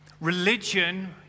Religion